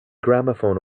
gramophone